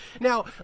now